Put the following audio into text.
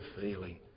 feeling